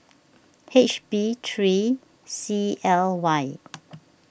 H B three C L Y